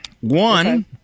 One